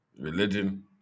religion